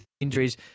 injuries